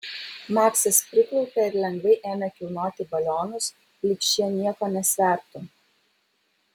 maksas priklaupė ir lengvai ėmė kilnoti balionus lyg šie nieko nesvertų